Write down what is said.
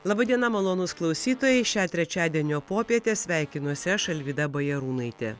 laba diena malonūs klausytojai šią trečiadienio popietę sveikinuosi aš alvyda bajarūnaitė